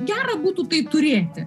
gera būtų tai turėti